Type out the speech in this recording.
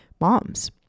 moms